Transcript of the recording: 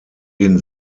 den